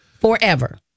Forever